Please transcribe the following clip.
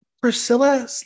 Priscilla